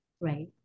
Right